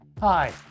Hi